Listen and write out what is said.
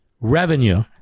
revenue